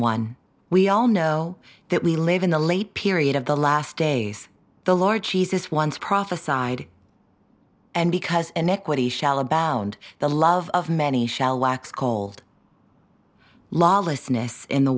one we all know that we live in the late period of the last days the large jesus once prophesied and because iniquity shall abound the love of many shall wax cold lawlessness in the